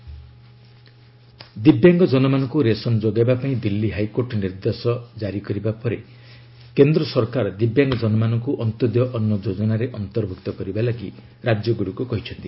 ଗଭ୍ ଅନ୍ତୋଦୟ ଅନ୍ନ ଯୋଜନା ଦିବ୍ୟାଙ୍ଗଜନମାନଙ୍କୁ ରେସନ୍ ଯୋଗାଇବା ପାଇଁ ଦିଲ୍ଲୀ ହାଇକୋର୍ଟ ନିର୍ଦ୍ଦେଶ ଜାରି କରିବା ପରେ କେନ୍ଦ୍ର ସରକାର ଦିବ୍ୟାଙ୍ଗଜନମାନଙ୍କୁ ଅନ୍ତୋଦୟ ଅନ୍ତ ଯୋଜନାରେ ଅନ୍ତର୍ଭୁକ୍ତ କରିବା ଲାଗି ରାଜ୍ୟଗୁଡ଼ିକୁ କହିଛନ୍ତି